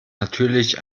natürlich